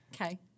Okay